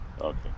Okay